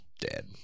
Dead